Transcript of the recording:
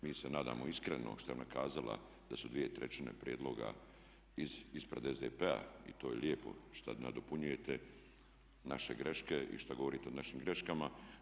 Mi se nadamo iskreno što je ona kazala da su dvije trećine prijedloga ispred SDP-a i to je lijepo što nadopunjujete naše greške i šta govorite o našim greškama.